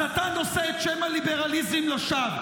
-- אז אתה נושא את שם הליברליזם לשווא.